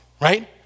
right